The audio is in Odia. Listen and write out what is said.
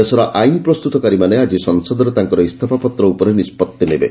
ଦେଶର ଆଇନ୍ ପ୍ରସ୍ତୁତକାରୀମାନେ ଆଜି ସଂସଦରେ ତାଙ୍କର ଇସ୍ତଫାପତ୍ର ଉପରେ ନିଷ୍ପଭି ନେବେ